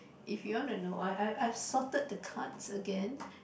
if you want to know I I I sorted the cards again